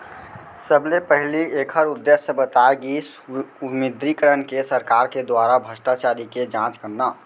सबले पहिली ऐखर उद्देश्य बताए गिस विमुद्रीकरन के सरकार के दुवारा भस्टाचारी के जाँच करना